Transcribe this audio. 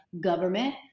government